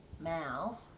mouth